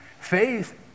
Faith